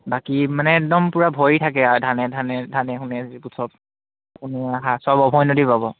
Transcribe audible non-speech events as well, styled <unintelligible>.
বাকী মানে একদম পূৰা ভৰি থাকে আৰু ধানে <unintelligible> সব অভৈনদী পাব